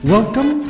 Welcome